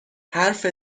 حرف